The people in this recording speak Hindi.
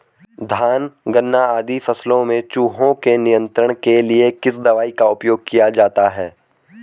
धान गन्ना आदि फसलों में चूहों के नियंत्रण के लिए किस दवाई का उपयोग किया जाता है?